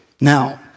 Now